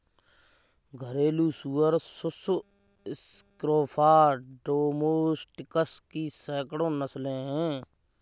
घरेलू सुअर सुस स्क्रोफा डोमेस्टिकस की सैकड़ों नस्लें हैं